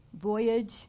voyage